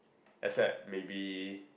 except maybe